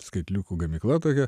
skaitliukų gamykla tokia